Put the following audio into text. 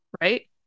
right